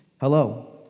Hello